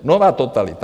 Nová totalita.